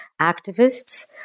activists